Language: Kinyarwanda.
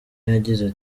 yagize